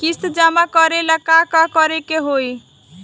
किस्त जमा करे ला का करे के होई?